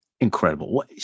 Incredible